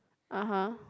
(uh huh)